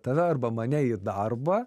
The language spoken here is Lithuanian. tave arba mane į darbą